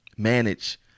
manage